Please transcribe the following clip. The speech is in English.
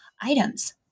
items